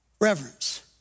reverence